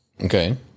Okay